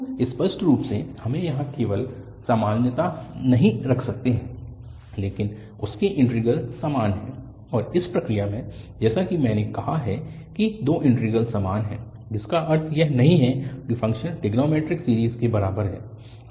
तो स्पष्ट रूप से हम वहाँ केवल समानता नहीं रख सकते हैं लेकिन उनके इंटीग्रल समान हैं और इस प्रक्रिया में जैसा कि मैंने कहा है कि दो इंटीग्रल समान हैं जिसका अर्थ यह नहीं है कि फ़ंक्शन ट्रिग्नोंमैट्रिक सीरीज़ के बराबर है